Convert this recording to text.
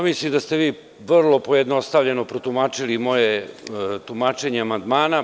Mislim da ste vi vrlo pojednostavljeno protumačili moje tumačenje amandmana.